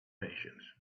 patience